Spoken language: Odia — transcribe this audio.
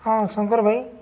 ହଁ ଶଙ୍କର ଭାଇ